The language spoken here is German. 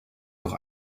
doch